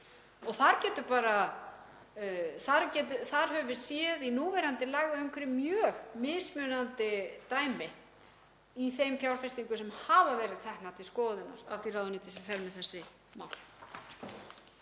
Þar höfum við séð í núverandi lagaumhverfi mjög mismunandi dæmi í þeim fjárfestingum sem hafa verið teknar til skoðunar af því ráðuneyti sem fer með þessi mál.